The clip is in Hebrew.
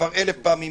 שכבר אלף פעמים